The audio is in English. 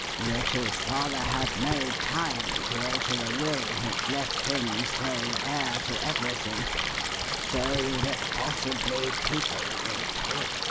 that his father had no time to alter the will which left him sole heir to everything so that possibly people will talk.